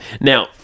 Now